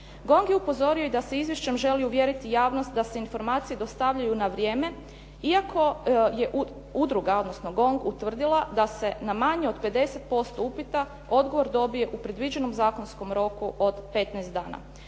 GONG je upozorio da se izvješćem želi uvjeriti javnost da se informacije dostavljaju na vrijeme iako je udruga, odnosno GONG utvrdila da se na manje od 50% upita odgovor dobije u predviđenom zakonskom roku od 15 dana.